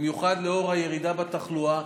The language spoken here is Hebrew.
במיוחד לנוכח הירידה בתחלואה.